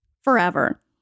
forever